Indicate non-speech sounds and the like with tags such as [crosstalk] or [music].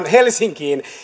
[unintelligible] helsinkiin